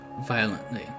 violently